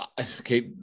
okay